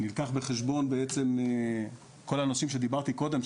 ונלקחו בחשבון בעצם כל הנושאים שדיברתי קודם.